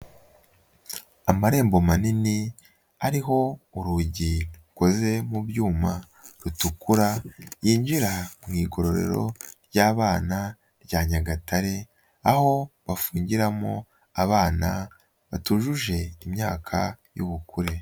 Amarembo manini, ariho urugi rukoze mu byuma rutukura, yinjira mu igororero, ry'abana rya nyagatare, aho bafungiramo abana batujuje imyaka y'ubukure.